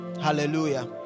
hallelujah